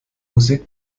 musik